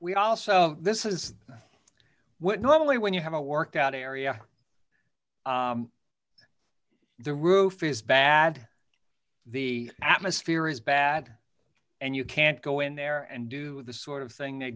we also this is what normally when you have a workout area the roof is bad the atmosphere is bad and you can't go in there and do the sort of thing they